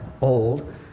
old